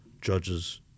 judges